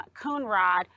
Coonrod